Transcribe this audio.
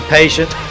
patient